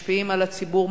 משפיעים על הציבור,